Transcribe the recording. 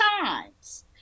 times